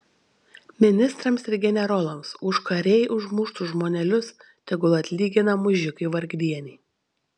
ministrams ir generolams už karėj užmuštus žmonelius tegul atlygina mužikai vargdieniai